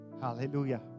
Hallelujah